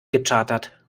gechartert